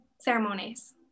ceremonies